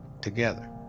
together